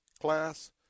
class